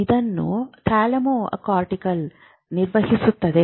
ಇದನ್ನು ಥಾಲಮೊಕಾರ್ಟಿಕಲ್ ನಿರ್ವಹಿಸುತ್ತದೆ